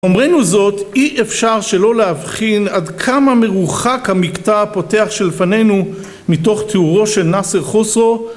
אומרנו זאת אי אפשר שלא להבחין עד כמה מרוחק המקטע הפותח שלפנינו מתוך תיאורו של נאסר חוסרו